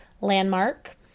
landmark